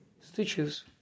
stitches